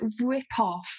rip-off